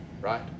right